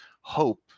hope